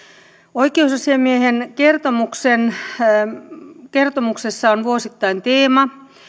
oikeusasiamiehen kertomuksessa on vuosittain teema